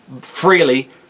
freely